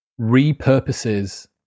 repurposes